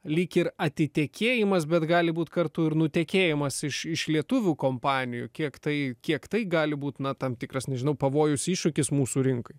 lyg ir atitekėjimas bet gali būt kartu ir nutekėjimas iš iš lietuvių kompanijų kiek tai kiek tai gali būt na tam tikras nežinau pavojus iššūkis mūsų rinkai